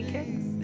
Kicks